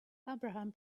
abraham